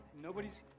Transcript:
Nobody's